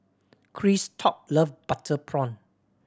Christop love butter prawn